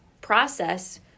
process